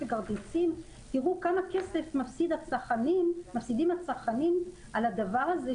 כרטיסים תראו כמה כסף מפסידים הצרכנים על הדבר הזה,